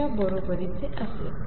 च्या बरोबरीचे असेल